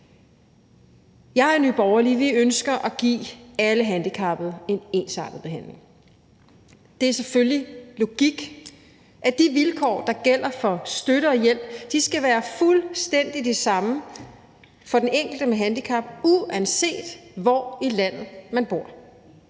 Jeg og Nye Borgerlige ønsker at give alle handicappede en ensartet behandling. Det er selvfølgelig logik, at de vilkår, der gælder for støtte og hjælp, skal være fuldstændig de samme for alle med et handicap, uanset hvor i landet man bor.